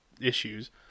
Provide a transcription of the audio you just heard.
issues